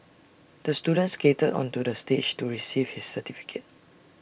the student skated onto the stage to receive his certificate